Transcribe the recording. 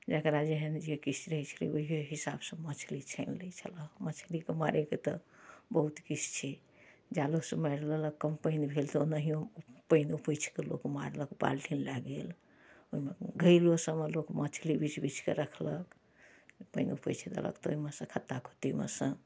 जकरा जेहन जे किछु रहै छलै ओहिये हिसाबसँ मछली छानि लै छलए मछलीके मारैके तऽ बहुत किछु छै जालोसँ मारि लेलक कम पानि भेल तऽ ओनाहियो पानि ऊपैछ कऽ लोक मारलक बाल्टिन लए गेल ओहिमे घैलो सबमे लोक मछली बिछ बिछ कऽ रखलक पानि ऊपैछ देलक तऽ ओहिमे सँ खत्ता खुत्तीमे सँ